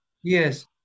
yes